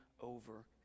over